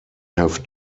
have